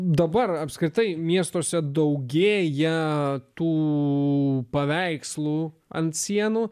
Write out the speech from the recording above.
dabar apskritai miestuose daugėja tų paveikslų ant sienų